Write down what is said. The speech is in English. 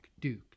Duke